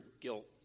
guilt